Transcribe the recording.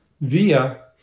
via